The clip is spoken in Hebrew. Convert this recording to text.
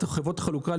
חברות החלוקה,